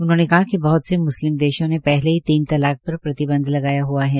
उन्होंने कहा कि बह्त से म्स्लिम देशों में पहले ही तीन तलाक पर प्रतिबंध लगाया ह्आ है